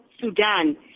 Sudan